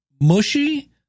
mushy